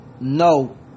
No